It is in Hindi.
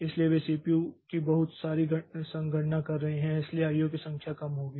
इसलिए वे सीपीयू की बहुत सारी संगणना कर रहे हैं इसलिए IO की संख्या कम होगी